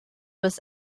was